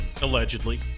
Allegedly